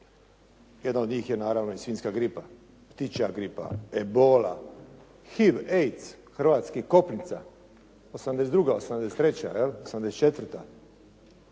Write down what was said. Jedna od njih je naravno i svinjska gripa, ptičja gripa, ebola, HIV, AIDS, hrvatski kopnica, '82., '83., '84.,